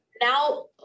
now